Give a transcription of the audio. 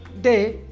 day